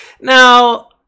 now